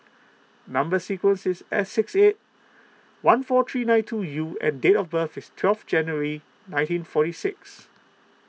Number Sequence is S six eight one four three nine two U and date of birth is twelve January nineteen forty six